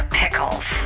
pickles